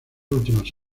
últimas